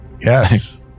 Yes